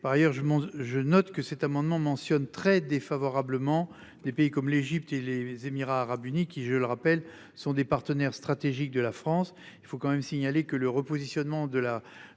Par ailleurs, je me, je note que cet amendement mentionne très défavorablement des pays comme l'Égypte et les Émirats arabes unis, qui je le rappelle sont des partenaires stratégiques de la France, il faut quand même signaler que le repositionnement de la de